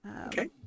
okay